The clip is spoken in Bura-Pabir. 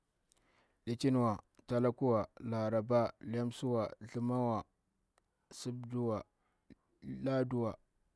Litiniwa, talakiwa, laraba, lamsuwa thɗumawa, subduwa, laduwa.